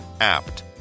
Apt